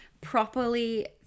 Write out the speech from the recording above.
properly